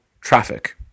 traffic